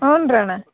ಹ್ಞೂನಣ್ಣ